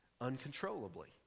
uncontrollably